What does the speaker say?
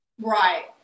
Right